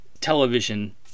television